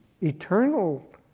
eternal